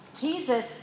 Jesus